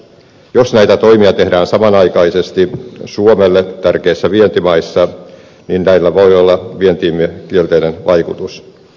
jos näitä toimia tehdään samanaikaisesti suomelle tärkeissä vientimaissa niin näillä voi olla vientiimme kielteinen vaikutus